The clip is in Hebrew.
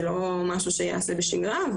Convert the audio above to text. זה לא משהו שייעשה בשגרה,